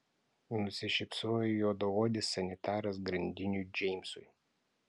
nusišypsojo juodaodis sanitaras grandiniui džeimsui